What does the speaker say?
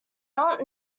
not